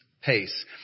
pace